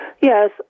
Yes